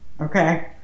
okay